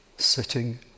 sitting